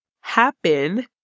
happen